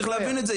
צריך להבין את זה.